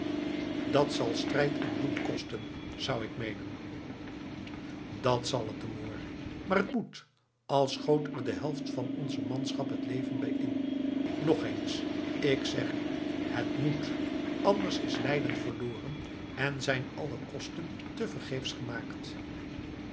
dat zal strijd en bloed kosten zou ik meenen dat zal het de moor maar het moet al schoot er de helft van onze manschap het leven bij in nog eens ik zeg u het moet anders is leiden verloren en zijn alle kosten te vergeefs gemaakt